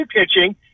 pitching